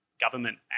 government